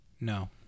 No